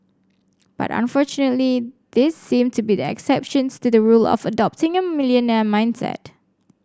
but unfortunately these seem to be the exceptions to the rule of adopting a millionaire mindset